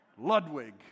Ludwig